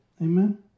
amen